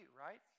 right